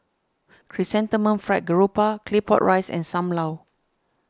Chrysanthemum Fried Garoupa Claypot Rice and Sam Lau